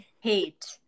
hate